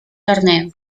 torneo